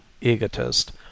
egotist